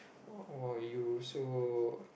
oh !wow! you so